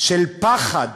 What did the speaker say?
של פחד